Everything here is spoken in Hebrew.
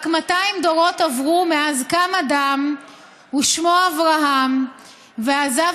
רק מאתיים דורות עברו מאז קם אדם ושמו אברהם ועזב